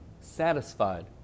satisfied